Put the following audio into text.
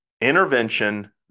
intervention